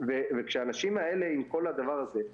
וכשהאנשים האלה עם כל הדבר הזה,